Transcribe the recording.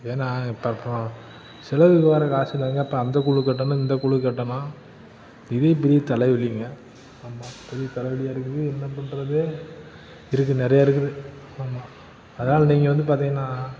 ஏன்னா இப்போ அப்றம் செலவுக்கு வேற காசு இல்லேங்க அப்ப அந்த குழு கட்டணும் இந்த குழு கட்டணும் இதே பெரிய தலைவலிங்க ஆமாம் பெரிய தலைவலியாக இருக்குது என்ன பண்ணுறது இருக்குது நிறைய இருக்குது ஆமாம் அதனால் நீங்கள் வந்து பார்த்தீங்கன்னா